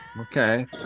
Okay